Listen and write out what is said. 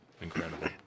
Incredible